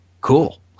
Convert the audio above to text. cool